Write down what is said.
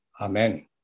Amen